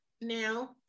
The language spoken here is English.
now